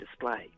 display